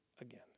again